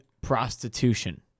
prostitution